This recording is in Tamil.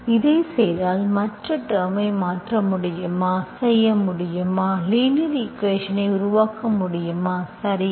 இதைச் செய்தால் மற்ற டேர்ம்ஐ மாற்ற முடியுமா செய்ய முடியுமா லீனியர் ஈக்குவேஷன்ஐ உருவாக்க முடியுமா சரியா